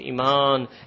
iman